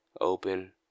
open